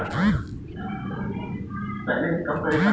फसल म नुकसानी के सबले बड़का कारन फसल के बन ह हरय